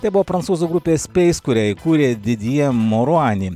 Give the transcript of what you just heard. tai buvo prancūzų grupės peis kurią įkūrė didjie moruani